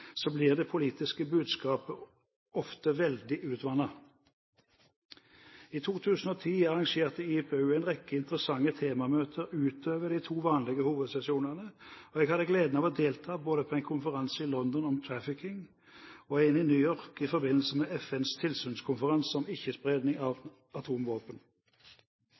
blir det politiske budskapet ofte veldig utvannet. I 2010 arrangerte IPU en rekke interessante temamøter utover de to vanlige hovedsesjonene. Jeg hadde gleden av å delta både på en konferanse i London om trafficking, og en i New York i forbindelse med FNs tilsynskonferanse til Avtalen om ikke-spredning av atomvåpen.